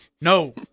No